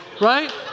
Right